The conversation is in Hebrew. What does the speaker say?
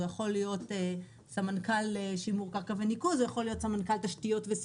הוא יכול להיות סמנכ"ל שימור קרקע וניקוז או יכול להיות סמנכ"ל תשתיות.